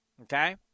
Okay